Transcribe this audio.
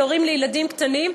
הורים לילדים קטנים,